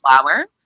flowers